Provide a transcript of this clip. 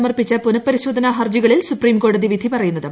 സമർപ്പിച്ച പുനഃപീരിശോധന ഹർജികളിൽ സുപ്രീംകോടതി പ്പിധി പറയുന്നത് മാറ്റി